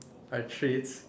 are treats